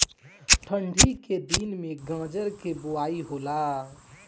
ठन्डी के दिन में गाजर के बोआई होला